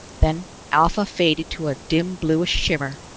then alpha faded to a dim bluish shimmer,